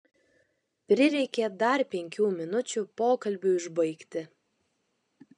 prireikė dar penkių minučių pokalbiui užbaigti